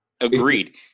Agreed